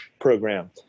program